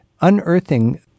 unearthing